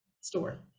store